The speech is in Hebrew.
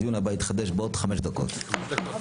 הדיון הבא יתחדש בעוד חמש דקות.